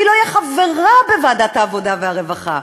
לא אהיה חברה בוועדת העבודה והרווחה.